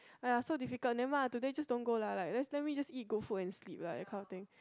!aiya! so difficult never mind lah today just don't go lah like let then we just eat good food and sleep that kind of thing